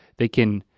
they can